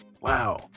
Wow